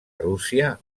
rússia